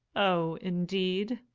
oh indeed?